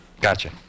Gotcha